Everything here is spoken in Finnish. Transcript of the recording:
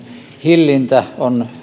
hillintä on